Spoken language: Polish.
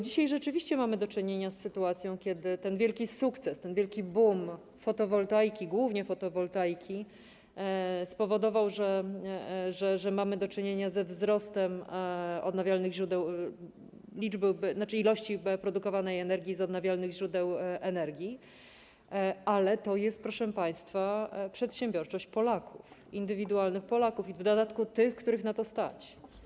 Dzisiaj rzeczywiście mamy do czynienia z sytuacją, kiedy ten wielki sukces, ten wielki bum związany z fotowoltaiką, głównie fotowoltaiką, spowodował, że mamy do czynienia ze wzrostem odnawialnych źródeł, tzn. ilości produkowanej energii z odnawialnych źródeł energii, ale to jest, proszę państwa, przedsiębiorczość Polaków, indywidualnych Polaków, i to w dodatku tych, których na to stać.